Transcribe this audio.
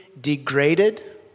degraded